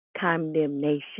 condemnation